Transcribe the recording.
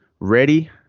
Ready